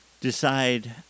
Decide